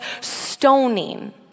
stoning